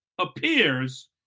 appears